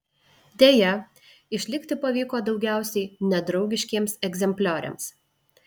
deja išlikti pavyko daugiausiai nedraugiškiems egzemplioriams